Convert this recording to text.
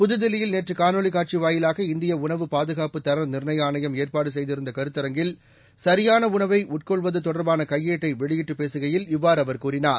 புதுதில்லியில் நேற்று காணொலிக் காட்சி வாயிலாக இந்திய உணவு பாதுகாப்பு தர நிர்ணய ஆணையம் ஏற்பாடு செய்திருந்த கருத்தரங்கில் சரியான உணவை உட்கொள்வது தொடர்பான கையேட்டை வெளியிட்டுப் பேசுகையில் இவ்வாறு அவர் கூறினார்